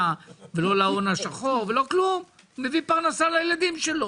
ולא להון השחור אלא הוא מביא פרנסה לילדים שלו.